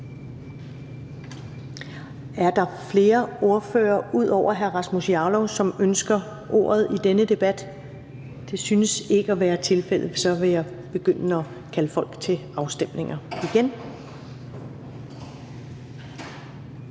Er der flere ordførere ud over hr. Rasmus Jarlov, som ønsker ordet i denne debat? Det synes ikke at være tilfældet, og så vil jeg begynde at kalde folk til afstemning igen.